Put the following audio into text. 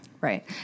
Right